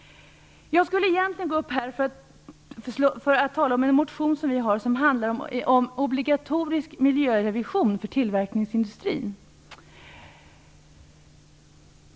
Jag skulle egentligen gå upp här för att tala om en motion som vi i Miljöpartiet har väckt, som handlar om obligatorisk miljörevision för tillverkningsindustrin.